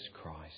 Christ